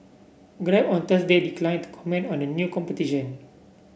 grab on Thursday declined to comment on the new competition